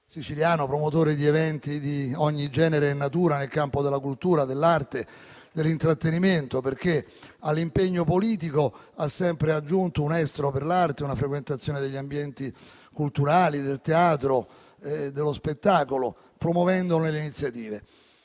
siciliano, promotore di eventi di ogni genere e natura, nel campo della cultura, dell'arte, dell'intrattenimento. All'impegno politico, ha sempre aggiunto un estro per l'arte ed una frequentazione degli ambienti culturali del teatro e dello spettacolo, promuovendone le iniziative.